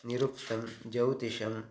निरुक्तं ज्यौतिषम्